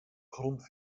grond